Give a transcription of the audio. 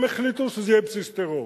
הם החליטו שזה יהיה בסיס טרור.